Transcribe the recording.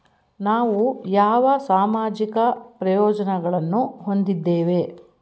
ನಾವು ಯಾವ ಸಾಮಾಜಿಕ ಪ್ರಯೋಜನಗಳನ್ನು ಹೊಂದಿದ್ದೇವೆ?